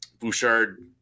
Bouchard